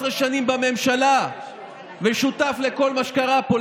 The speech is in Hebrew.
שנים בממשלה והיה שותף לכל מה שקרה פה,